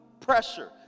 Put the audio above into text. pressure